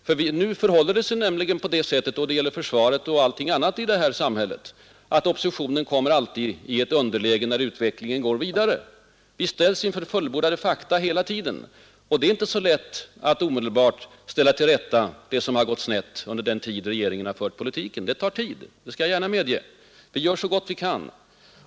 Det förhåller sig nämligen på det sättet både när det gäller försvaret och allting annat i samhället, att oppositionen alltid kommer i ett underläge när utvecklingen går vidare. Vi ställs ständigt inför fullbordade fakta. Det är inte lätt att omedelbart ställa till rätta det som har gått snett under den tid regeringen har svarat för politiken. Det tar tid, det medger jag. Vi gör så gott vi kan.